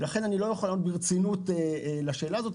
ולכן אני לא יכול לענות ברצינות לשאלה הזו.